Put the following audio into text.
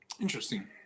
Interesting